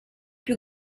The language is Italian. più